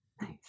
Nice